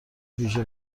ویژه